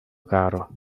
caro